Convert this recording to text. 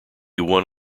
one